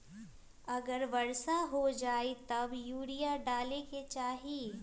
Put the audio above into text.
अगर वर्षा हो जाए तब यूरिया डाले के चाहि?